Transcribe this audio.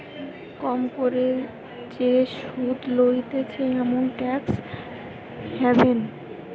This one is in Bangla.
কম করে যে সুধ লইতেছে এমন ট্যাক্স হ্যাভেন